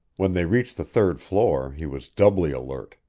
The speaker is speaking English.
when they reached the third floor, he was doubly alert.